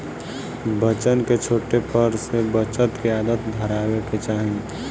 बच्चन के छोटे पर से बचत के आदत धरावे के चाही